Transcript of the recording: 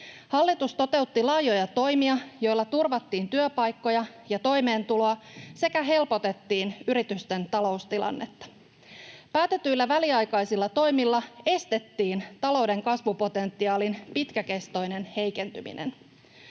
Hallitus toteutti laajoja toimia, joilla turvattiin työpaikkoja ja toimeentuloa sekä helpotettiin yritysten taloustilannetta. Päätetyillä väliaikaisilla toimilla estettiin talouden kasvupotentiaalin pitkäkestoinen heikentyminen.